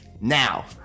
Now